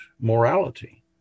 morality